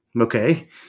Okay